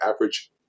average